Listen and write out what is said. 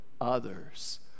others